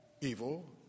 evil